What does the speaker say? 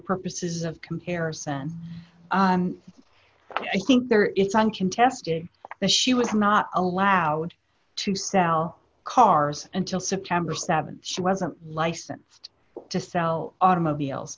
purposes of comparison i think there is uncontested the she was not allowed to sell cars until september th she wasn't licensed to sell automobiles